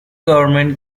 government